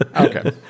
Okay